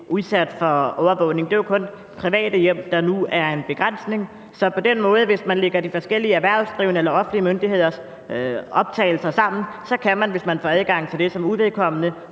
udsat for overvågning. Det er jo kun private hjem, hvor der nu er en begrænsning. Så på den måde kan man, hvis man lægger de forskellige erhvervsdrivendes eller offentlige myndigheders optagelser sammen, og hvis man får adgang til det, som uvedkommende